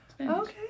Okay